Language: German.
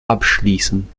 abschließen